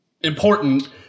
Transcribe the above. important